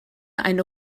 eine